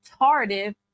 tardive